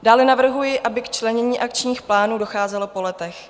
Dále navrhuji, aby k členění akčních plánů docházelo po letech.